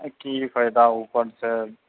की फायदा ऊपर से